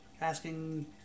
Asking